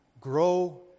grow